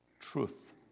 truth